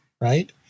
Right